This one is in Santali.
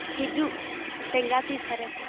ᱦᱤᱡᱩᱜ ᱞᱮᱸᱜᱟ ᱛᱤ ᱫᱷᱟᱨᱮ